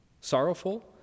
Sorrowful